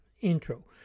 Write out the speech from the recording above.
Intro